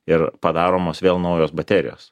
ir padaromos vėl naujos baterijos